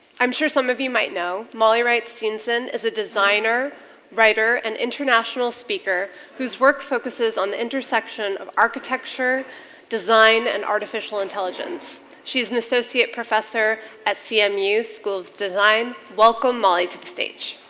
i'm sure some of you might know molly right cincin is a designer writer and international speaker whose work focuses on the intersection of architecture design and artificial intelligence she's an associate professor at cmu school of design welcome molly to the stage